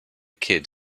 kid